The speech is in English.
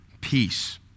peace